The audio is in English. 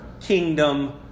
kingdom